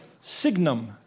Signum